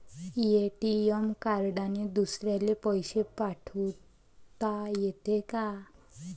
ATM कार्डने दुसऱ्याले पैसे पाठोता येते का?